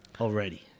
already